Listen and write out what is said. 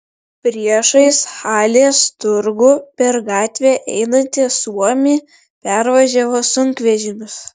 priešais halės turgų per gatvę einantį suomį pervažiavo sunkvežimis